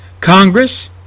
Congress